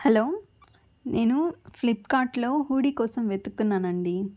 hello నేను ఫ్లిప్కార్ట్లో hoodie కోసం వెతుక్కున్నానండి